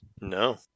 No